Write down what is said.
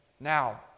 Now